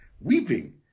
weeping